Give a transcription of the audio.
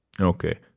Okay